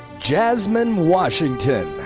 jasmine washington.